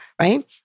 right